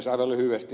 aivan lyhyesti